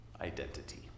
identity